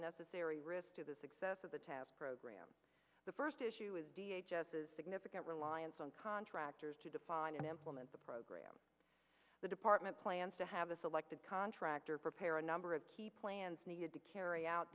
necessary risk to the success of the test program the first issue is significant reliance on contractors to define and implement the program the department plans to have a selected contractor prepare a number of key plans needed to carry out